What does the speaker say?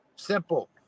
simple